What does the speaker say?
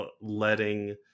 letting